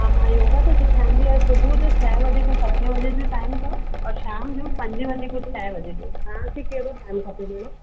हा मां योगा त सेखारींदी आहियां सुबूह ओ छहें वजे सतें वजे जो टाइम अथव और शामु जो पंजे वजे खां छहें वजे जो तव्हांखे कहिड़ो टाइम खपे भेण